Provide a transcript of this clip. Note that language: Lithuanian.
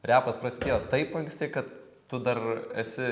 repas prasidėjo taip anksti kad tu dar esi